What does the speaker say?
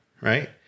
right